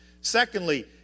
Secondly